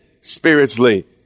spiritually